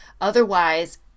Otherwise